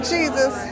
Jesus